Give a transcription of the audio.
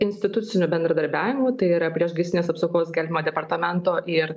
instituciniu bendradarbiavimu tai yra priešgaisrinės apsaugos gelbėjimo departamento ir